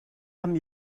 amb